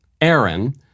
Aaron